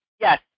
Yes